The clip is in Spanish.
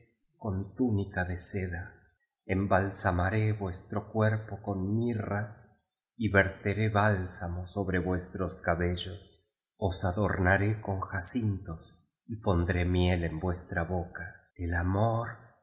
con túnica de seda embalsamaré vuestro cuerpo con mirra y ver teré bálsamo sobre vuestros cabellos os adornaré con jacin tos y pondré miel en vuestra boca el amor